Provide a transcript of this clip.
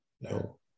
No